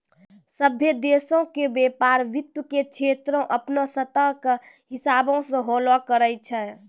सभ्भे देशो के व्यपार वित्त के क्षेत्रो अपनो स्तर के हिसाबो से होलो करै छै